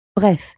Bref